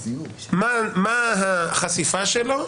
מה החשיפה שלו?